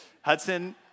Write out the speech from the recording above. Hudson